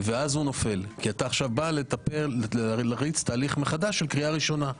אתה בא להריץ תהליך מחדש של קריאה ראשונה.